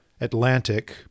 Atlantic